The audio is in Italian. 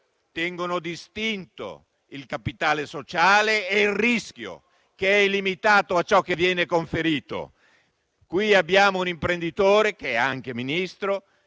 tengono distinto il capitale sociale e il rischio, che è limitato a ciò che viene conferito. Qui abbiamo un imprenditore, che è anche Ministro,